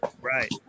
right